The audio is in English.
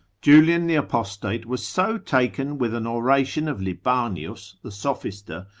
julian the apostate was so taken with an oration of libanius, the sophister,